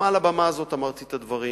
גם מעל הבמה הזו אמרתי את הדברים,